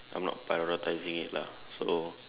I'm not prioritising it lah so